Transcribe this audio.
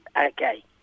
Okay